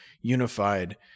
unified